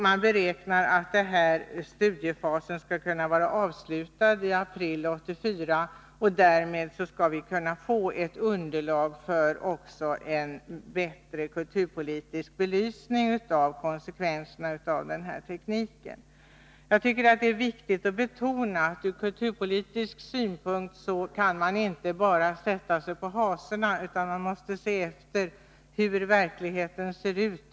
Man beräknar att studiefasen skall vara avslutad i april 1984, och därmed skall vi kunna få underlag för en bättre Nr 162 kulturpolitisk belysning av den här teknikens konsekvenser. Jag tycker att det är viktigt att betona att ur kulturpolitisk synpunkt kan man inte bara sätta sig på hasorna, utan man måste se efter hur verkligheten ser ut.